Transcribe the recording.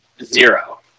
zero